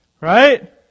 Right